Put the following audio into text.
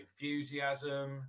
enthusiasm